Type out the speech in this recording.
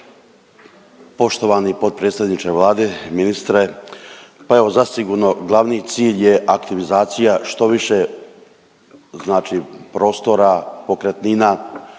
Poštovani potpredsjedniče Vlade i ministre, pa evo zasigurno glavni cilj je aktivizacija što više znači prostora, pokretnina,